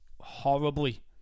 horribly